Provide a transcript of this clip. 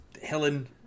Helen